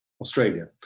Australia